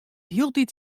hieltyd